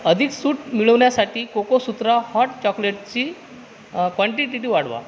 अधिक सूट मिळवण्यासाठी कोकोसूत्रा हॉट चॉकलेटची क्वांटीटीटी वाढवा